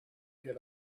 get